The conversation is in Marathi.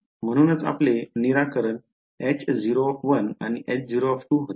म्हणूनच आपले निराकरण H0 आणि H0 होते